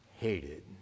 hated